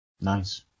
Nice